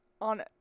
on –